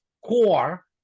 core